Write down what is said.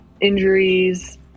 injuries